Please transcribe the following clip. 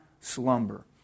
slumber